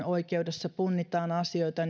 oikeudessa punnitaan asioita